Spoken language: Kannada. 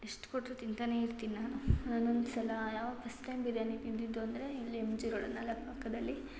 ಎಷ್ಟು ಕೊಟ್ಟರೂ ತಿಂತಲೇ ಇರ್ತೀನಿ ನಾನು ನಾನು ಒಂದು ಸಲ ಯಾವಾಗ ಫಸ್ಟ್ ಟೈಮ್ ಬಿರ್ಯಾನಿ ತಿಂದಿದ್ದು ಅಂದರೆ ಇಲ್ಲಿ ಎಮ್ ಜಿ ರೋಡಲ್ಲಿ ಅಲ್ಲೇ ಪಕ್ಕದಲ್ಲಿ